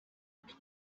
and